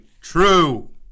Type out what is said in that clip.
true